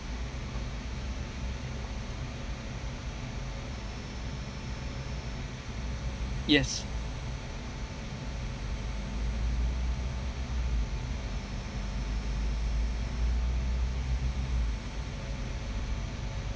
yes